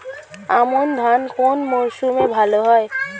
আমন ধান কোন মরশুমে ভাল হয়?